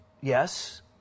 yes